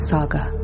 Saga